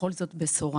בכל זאת בשורה.